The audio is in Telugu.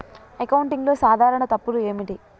అకౌంటింగ్లో సాధారణ తప్పులు ఏమిటి?